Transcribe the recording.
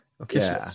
okay